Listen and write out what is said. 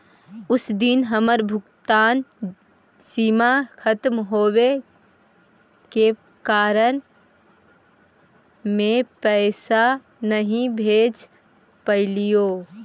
उस दिन हमर भुगतान सीमा खत्म होवे के कारण में पैसे नहीं भेज पैलीओ